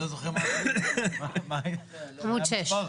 סעיף 7(ג)(1)(א)(2).